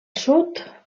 sud